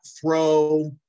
throw